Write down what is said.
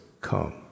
come